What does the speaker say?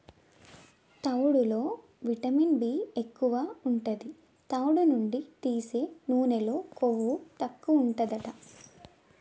తవుడులో vitamin B ఎక్కువు ఉంటది, తవుడు నుండి తీసే నూనెలో కొవ్వు తక్కువుంటదట